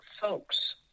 folks